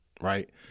right